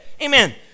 Amen